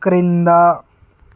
క్రిందా